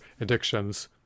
addictions